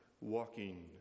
walking